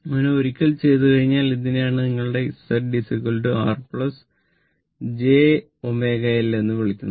അങ്ങനെ ഒരിക്കൽ ചെയ്തു കഴിഞ്ഞാൽ ഇതിനെയാണ് നിങ്ങളുടെ Z R j ω L എന്ന് വിളിക്കുന്നത്